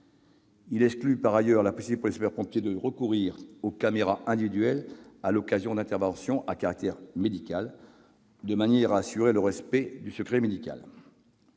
Il exclut, ensuite, la possibilité pour les sapeurs-pompiers de recourir aux caméras individuelles à l'occasion d'interventions à caractère médical, de manière à assurer le respect du secret médical.